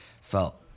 felt